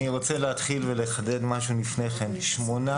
אני רוצה להתחיל ולחדד משהו לפני כן: שמונה